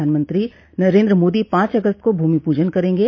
प्रधानमंत्री नरेन्द्र मोदी पांच अगस्त को भूमि पूजन करेंगे